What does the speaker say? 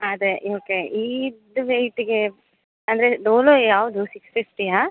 ಹಾಂ ಅದೇ ಯೋಕೆ ಇದು ವೆಯ್ಟ್ಗೆ ಅಂದರೆ ಡೊಲೊ ಯಾವುದು ಸಿಕ್ಸ್ ಫಿಫ್ಟಿಯಾ